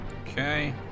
Okay